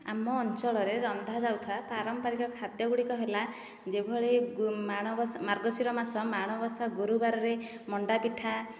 ଆମ ଅଞ୍ଚଳରେ ରନ୍ଧା ଯାଉଥିବା ପାରମ୍ପରିକ ଖାଦ୍ୟଗୁଡ଼ିକ ହେଲା ଯେଉଁ ଭଳି ମାଣବସା ମାର୍ଗଶିର ମାସ ମାଣବସା ଗୁରୁବାରରେ ମଣ୍ଡା ପିଠା